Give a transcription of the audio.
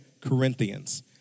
Corinthians